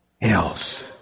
else